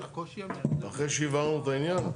אחרי שהבהרנו את העניין?